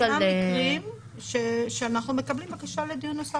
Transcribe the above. ישנם מקרים שאנחנו מקבלים בקשה לדיון נוסף